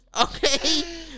Okay